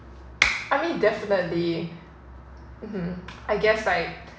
I mean definitely mm I guess like